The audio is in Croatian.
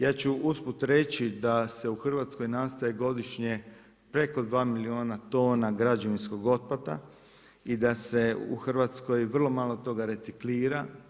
Ja ću usput reći da se u Hrvatskoj nastaje godišnje preko dva milijuna tona građevinskog otpada i da se u Hrvatskoj vrlo malo toga reciklira.